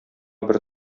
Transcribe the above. бер